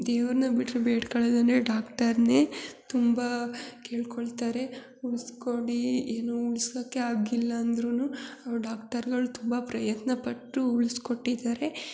ದೇವ್ರನ್ನ ಬಿಟ್ಟರೆ ಬೇಡ್ಕಳದು ಅಂದರೆ ಡಾಕ್ಟರನ್ನೇ ತುಂಬ ಕೇಳಿಕೊಳ್ತಾರೆ ಉಳ್ಸಿಕೊಡಿ ಏನೂ ಉಳ್ಸಕ್ಕೆ ಆಗಿಲ್ಲ ಅಂದ್ರೂ ಡಾಕ್ಟರ್ಗಳು ತುಂಬ ಪ್ರಯತ್ನಪಟ್ಟೂ ಉಳ್ಸ್ಕೊಟ್ಟಿದ್ದಾರೆ